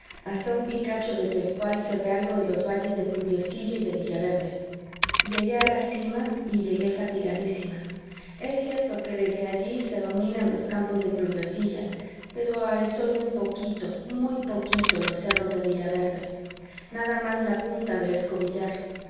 hasta un picacho desde el cual se ve algo de los valles de pluviosilla y de villaverde llegué a la cima y llegué fatigadísima es cierto que desde allí se dominan los campos de pluviosilla pero ay sólo un poquito muy poquito los cerros de villaverde nada más la punta del escobillar